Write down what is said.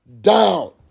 down